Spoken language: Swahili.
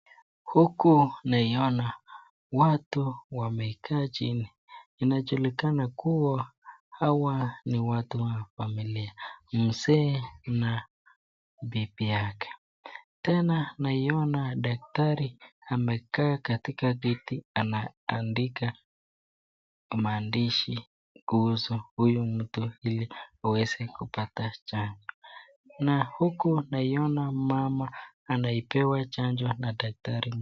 Huku naiona watu wamekaa chini. Inajulikana kuwa hawa ni watu wa familia, mzee na bibi yake. Tena naona daktari amekaa katika kiti anandika maandishi kuhusu huyu mtu ili aweze kupewa chanjo. Na huku naiona mama akipewa chanjo na daktari.